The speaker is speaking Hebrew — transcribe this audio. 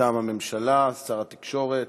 מטעם הממשלה, שר התקשורת.